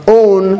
own